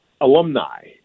alumni